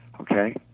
okay